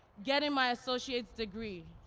getting my associates degree.